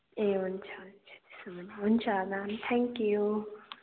ए हुन्छ हुन्छ हुन्छ म्याम थ्याङ्क यु